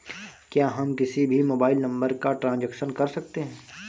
क्या हम किसी भी मोबाइल नंबर का ट्रांजेक्शन कर सकते हैं?